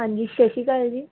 ਹਾਂਜੀ ਸਤਿ ਸ਼੍ਰੀ ਅਕਾਲ ਜੀ